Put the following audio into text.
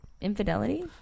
Infidelity